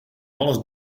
alles